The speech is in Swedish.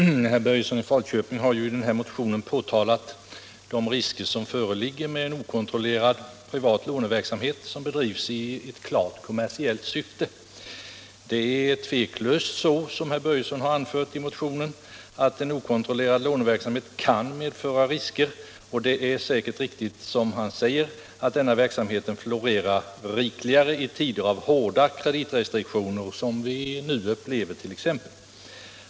Herr talman! Herr Börjesson i Falköping har i sin motion pekat på de risker som föreligger med en okontrollerad privat låneverksamhet som bedrivs i klart kommersiellt syfte. Det är utan tvivel så, som herr Börjesson anfört i motionen, att en okontrollerad låneverksamhet kan medföra risker, och det är säkert riktigt att denna verksamhet florerar rikligare i tider av hårda kreditrestriktioner, som vi nu upplever.